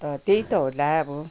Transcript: त त्यही त होला अब